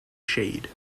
shade